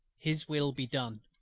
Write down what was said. his will be done!